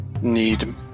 need